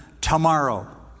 tomorrow